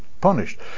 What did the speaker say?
punished